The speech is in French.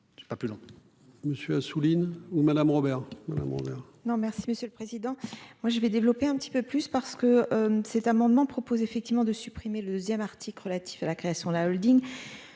Monsieur Assouline ou Madame, Robert